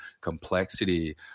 complexity